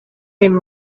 been